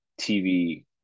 TV